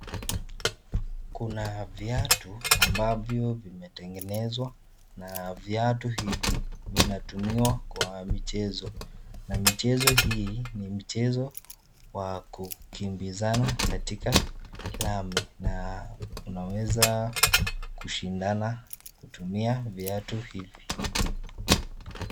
Kuna viatu ambavyo vimetengenezwa na viatu hivi vinatumiwa kwa michezo na michezo hii ni mchezo wa kukimbizana katika lami na unaweza kushindana kutumia viatu hivi.